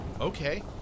Okay